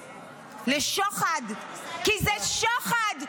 לשוחד, כי זה שוחד.